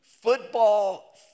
football